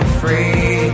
free